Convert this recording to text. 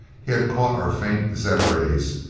he had caught our faint zed-rays,